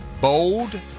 bold